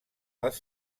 les